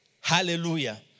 Hallelujah